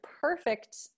perfect